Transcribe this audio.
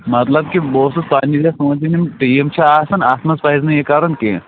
مطلب کہ بہٕ اوسُس پَنٛنہِ جایہِ سونچھان یِم ٹیٖم چھِ آسان اَتھ منٛز پَزِ نہٕ یہِ کَرُن کیٚنہہ